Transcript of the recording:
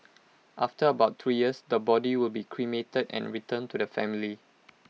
after about three years the body will be cremated and returned to the family